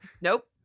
nope